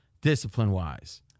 discipline-wise